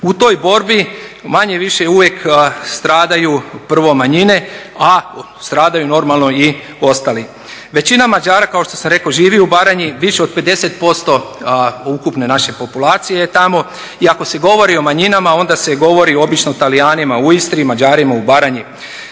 U toj borbi manje-više uvijek stradaju prvo manjine, a stradaju normalno i ostali. Većina Mađara kao što sam rekao živi u Baranji. Više od 50% ukupne naše populacije je tamo. I ako se govori o manjinama onda se govori obično o Talijanima u Istri, Mađarima u Baranji.